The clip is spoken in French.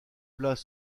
plats